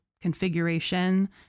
configuration